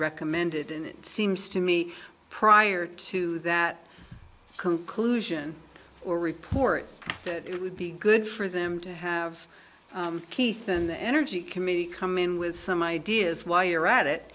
recommended and it seems to me prior to that conclusion or report that it would be good for them to have keith and the energy committee come in with some ideas while you're at it